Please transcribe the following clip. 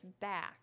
back